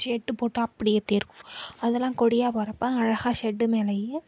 shed போட்டு அப்படியே ஏத்தியிருக்கோம் அதெல்லாம் கொடியாக போகிறப்ப அழகாக ஷெட் மேலேயே